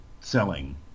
selling